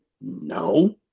No